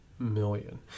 Million